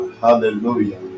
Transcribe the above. hallelujah